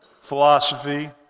philosophy